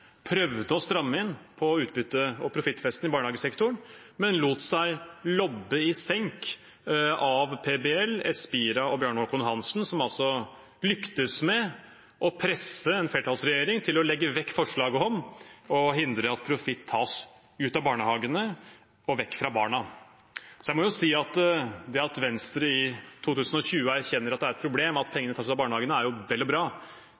prøvde å stramme inn på utbytte- og profittfesten i barnehagesektoren, men lot seg lobbe i senk av PBL, Espira og Bjarne Håkon Hanssen, som lyktes med å presse en flertallsregjering til å legge vekk forslaget om å hindre at profitt tas ut av barnehagene og vekk fra barna. Så jeg må jo si at det at Venstre i 2020 erkjenner at det er et problem at pengene tas ut av barnehagene, er vel og bra,